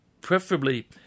Preferably